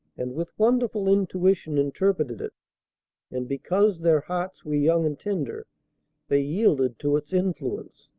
and with wonderful intuition interpreted it and because their hearts were young and tender they yielded to its influence.